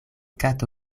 kato